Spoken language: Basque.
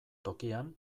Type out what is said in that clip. tokian